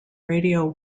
radio